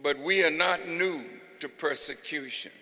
but we are not new to persecution